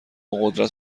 قدرت